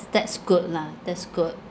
that's good lah that's good